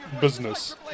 business